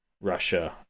Russia